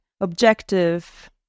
objective